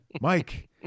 Mike